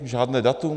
Žádné datum?